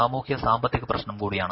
സാമൂഹിക സാമ്പത്തിക പ്രശ്നം കൂടിയാണ്